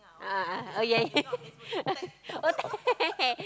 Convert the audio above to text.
a'ah a'ah a'ah oh yeah yeah yeah oh tag